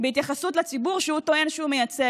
בהתייחסות לציבור שהוא טוען שהוא מייצג.